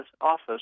office